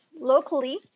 locally